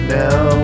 now